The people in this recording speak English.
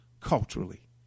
culturally